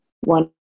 one